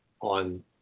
on